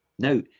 Now